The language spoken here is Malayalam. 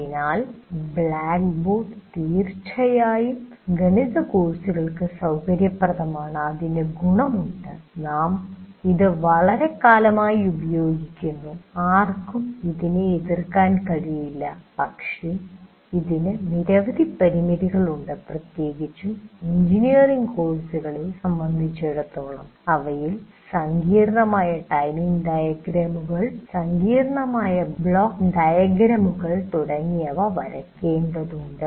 അതിനാൽ ബ്ലാക്ക്ബോർഡ് തീർച്ചയായും ഗണിത കോഴ്സുകൾക്ക് സൌകര്യപ്രദമാണ് അതിന് ഗുണമുണ്ട് നാം ഇത് വളരെക്കാലമായി ഉപയോഗിക്കുന്നു ആർക്കും ഇതിനെ എതിർക്കാൻ കഴിയില്ല പക്ഷേ ഇതിന് നിരവധി പരിമിതികളുണ്ട് പ്രത്യേകിച്ചും എഞ്ചിനീയറിംഗ് കോഴ്സുകളെ സംബന്ധിച്ചിടത്തോളം അവയിൽ സങ്കീർണ്ണമായ ടൈമിംഗ് ഡയഗ്രമുകൾ സങ്കീർണ്ണമായ ബ്ലോക്ക് ഡയഗ്രമുകൾ തുടങ്ങിയവ വരയ്ക്കേണ്ടതുണ്ട്